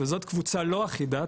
וזאת קבוצה לא אחידה,